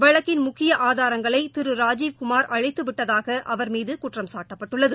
வழக்கின் முக்கிய ஆதாரங்களை திரு ராஜீவ்குமார் அழித்து விட்டதாக அவர் மீது குற்றம் சாட்டப்பட்டுள்ளது